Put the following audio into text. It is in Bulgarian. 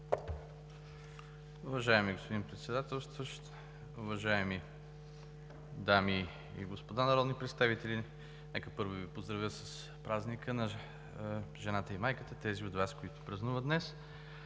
Уважаеми господин Председателстващ, уважаеми дами и господа народни представители! Нека, първо, да Ви поздравя с Празника на жената и майката – тези от Вас, които празнуват днес.